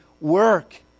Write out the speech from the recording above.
work